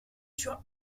sur